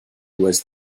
was